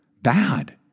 Bad